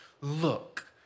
look